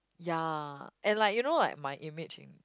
ya and like you know like my image in